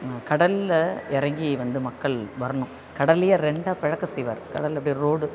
கடலில் இறங்கி வந்து மக்கள் வர்ணும் கடல்லையே ரெண்டாக பிளக்க செய்வார் கடலில் அப்படியே ரோடு